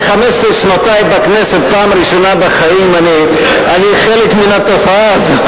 ב-15 שנותי בכנסת פעם ראשונה בחיים אני חלק מן התופעה הזאת,